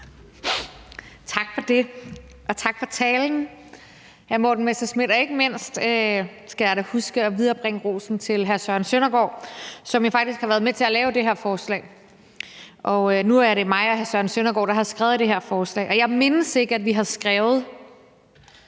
Tak for det, og tak for talen, hr. Morten Messerschmidt, og jeg skal da huske at viderebringe rosen til hr. Søren Søndergaard, som faktisk har været med til at lave det her forslag. Det er mig, og hr. Søren Søndergaard, der har skrevet det her forslag, og jeg mindes ikke, at vi har skrevet,